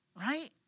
right